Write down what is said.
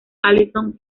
allison